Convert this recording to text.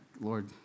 Lord